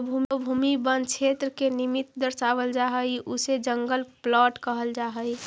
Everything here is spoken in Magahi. जो भूमि वन क्षेत्र के निमित्त दर्शावल जा हई उसे जंगल प्लॉट कहल जा हई